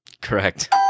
Correct